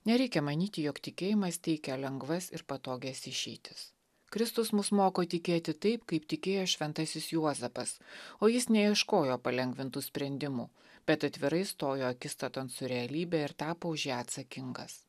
nereikia manyti jog tikėjimas teikia lengvas ir patogias išeitis kristus mus moko tikėti taip kaip tikėjo šventasis juozapas o jis neieškojo palengvintų sprendimų bet atvirai stojo akistaton su realybe ir tapo už ją atsakingas